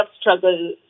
struggle